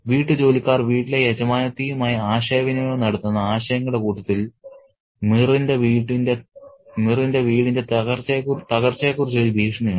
വീട്ടുജോലിക്കാർ വീട്ടിലെ യജമാനത്തിയുമായി ആശയവിനിമയം നടത്തുന്ന ആശയങ്ങളുടെ കൂട്ടത്തിൽ മിറിന്റെ വീടിന്റെ തകർച്ചയെ കുറിച്ച് ഒരു ഭീഷണിയുണ്ട്